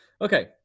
Okay